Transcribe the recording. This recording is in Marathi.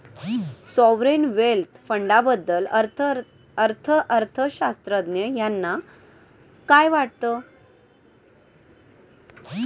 सॉव्हरेन वेल्थ फंडाबद्दल अर्थअर्थशास्त्रज्ञ यांना काय वाटतं?